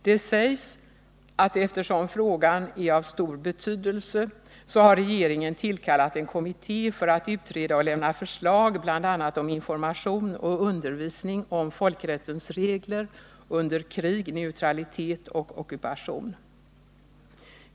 Det sägs att eftersom frågan är av stor betydelse, så har regeringen tillkallat en kommitté för att utreda och lämna förslag bl.a. om information och undervisning om folkrättens regler under krig, neutralitet och ockupation.